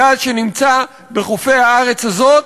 הגז שנמצא בחופי הארץ הזאת